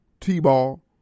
T-ball